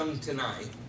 tonight